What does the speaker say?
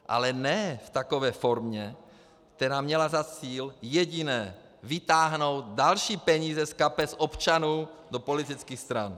Ale ne v takové formě, která měla za cíl jediné vytáhnout další peníze z kapes občanů do politických stran.